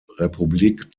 republik